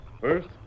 First